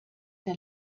der